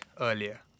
earlier